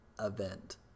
event